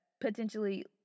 potentially